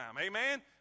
Amen